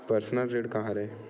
Personal ऋण का हरय?